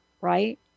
right